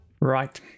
Right